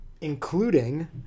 Including